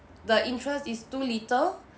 the interest is too little